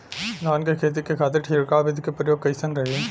धान के खेती के खातीर छिड़काव विधी के प्रयोग कइसन रही?